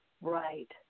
Right